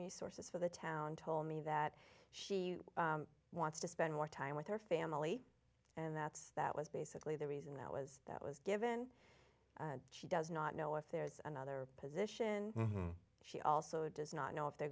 resources for the town told me that she wants to spend more time with her family and that's that was basically the reason that was that was given she does not know if there is another position she also does not know if they're